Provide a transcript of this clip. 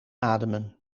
ademen